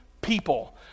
people